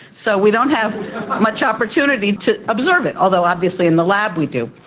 so we don't have much opportunity to observe it, although obviously in the lab we do.